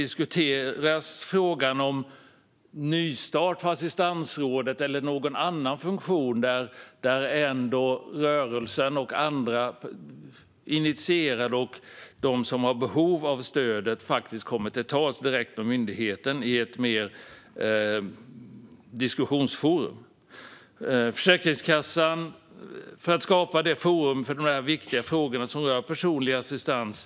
Diskuteras frågan om nystart för assistansrådet eller någon annan funktion där rörelsen, andra initierade och de som har behov av stödet kan komma till tals direkt med myndigheten i ett diskussionsforum? Det handlar om att skapa ett forum för de viktiga frågor som rör personlig assistans.